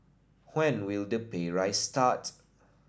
when will the pay raise start